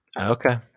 Okay